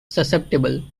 susceptible